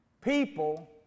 People